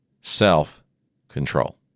self-control